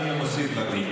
אני מוסיף לך,